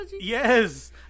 Yes